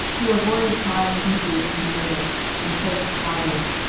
to avoid prying deeply into motive and first causes,